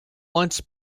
once